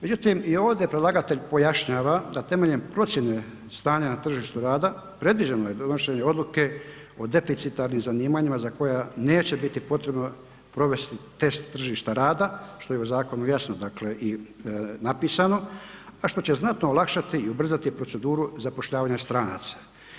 Međutim, i ovdje predlagatelj pojašnjava da temeljem procijene stanja na tržištu rada predviđeno je donošenje odluke o deficitarnim zanimanjima za koja neće biti potrebno provesti test tržišta rada, što je u zakonu jasno, dakle i napisano, a što će znatno olakšati i ubrzati proceduru zapošljavanja stranaca.